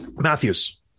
Matthews